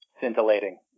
Scintillating